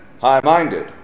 high-minded